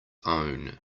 own